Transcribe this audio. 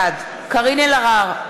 בעד קארין אלהרר,